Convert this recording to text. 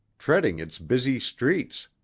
treading its busy streets.